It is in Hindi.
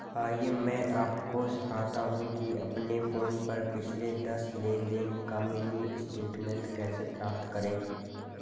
आइए मैं आपको सिखाता हूं कि अपने फोन पर पिछले दस लेनदेन का मिनी स्टेटमेंट कैसे प्राप्त करें